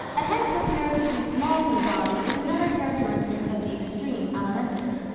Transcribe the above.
a head comparatively small for the body is another characteristic of the extreme alimentive.